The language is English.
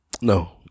No